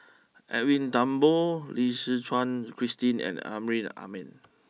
Edwin Thumboo Lim Suchen Christine and Amrin Amin